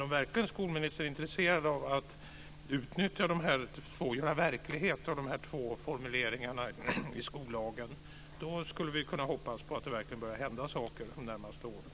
Om skolministern verkligen är intresserad av att göra verklighet av de här två formuleringarna i skollagen, skulle vi kunna hoppas på att det börjar hända saker de närmaste åren.